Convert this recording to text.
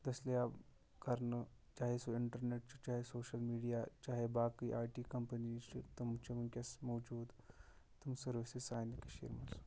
دٔستیاب کَرنہٕ چاہے سُہ اِنٹرنٮ۪ٹ چھُ چاہے سوٚشَل میٖڈیا چاہے باقٕے آیی ٹی کَمپٔنیٖز چھِ تِم چھِ وٕنکٮ۪س موجوٗد تِم سٔروِسٕز سانہِ کٔشیٖرِ منٛز